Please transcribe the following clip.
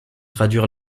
traduire